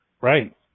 Right